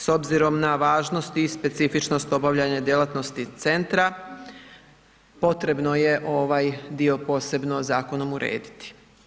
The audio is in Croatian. S obzirom na važnost i specifičnost obavljanja djelatnosti centra potrebno je ovaj dio posebno zakonom urediti.